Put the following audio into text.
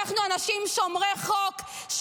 אנחנו אנשים שומרי חוק,